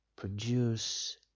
Produce